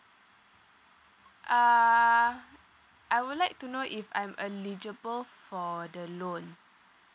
uh I would like to know if I'm eligible for the loan